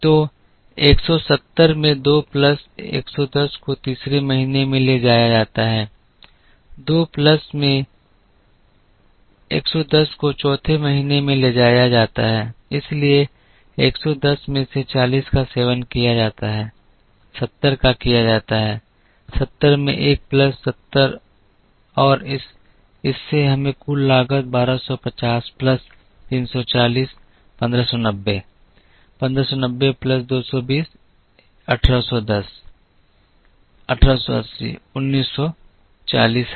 तो 170 में 2 प्लस 110 को तीसरे महीने में ले जाया जाता है 2 प्लस में 110 को चौथे महीने में ले जाया जाता है इसलिए 110 में से 40 का सेवन किया जाता है 70 का किया जाता है 70 में 1 प्लस 70 और इससे हमें कुल लागत 1250 प्लस 340 1590 1590 प्लस 220 1810 1880 1940 है